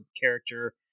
character